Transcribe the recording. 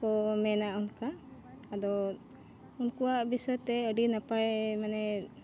ᱠᱚ ᱢᱮᱱᱟ ᱚᱱᱠᱟ ᱟᱫᱚ ᱩᱱᱠᱩᱣᱟᱜ ᱵᱤᱥᱚᱭ ᱛᱮ ᱟᱹᱰᱤ ᱱᱟᱯᱟᱭ ᱢᱟᱱᱮ